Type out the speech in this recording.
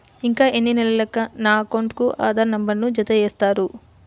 ఇంకా ఎన్ని నెలలక నా అకౌంట్కు ఆధార్ నంబర్ను జత చేస్తారు?